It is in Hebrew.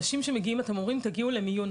אתם אומרים תגיעו למיון.